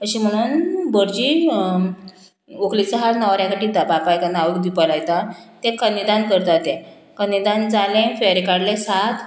अशें म्हणून भटजी व्हंकलेचो हात न्हवऱ्याकडेन बापायकडेन नांव दिवपा लायता तें कन्यादान करता तें कन्यादान जालें फेरे काडलें सात